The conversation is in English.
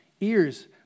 ears